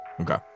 Okay